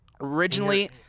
Originally